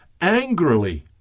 angrily